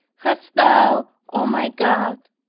hadst thou, o my god,